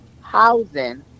housing